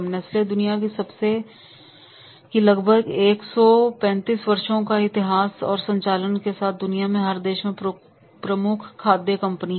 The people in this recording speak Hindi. नेस्ले दुनिया की लगभग एक सौ पैतीस वर्षों की इतिहास और संचालन के साथ दुनिया की हर देश की प्रमुख खाद्य कंपनी है